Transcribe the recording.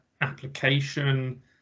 application